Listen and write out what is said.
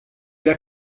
wer